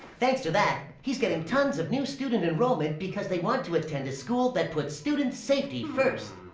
thanks to that, he's getting tons of new student enrollment because they want to attend a school that puts students' safety first.